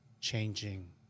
changing